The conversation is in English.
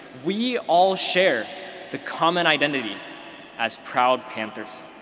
we all share the common identity as proud panthers.